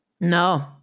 No